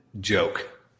joke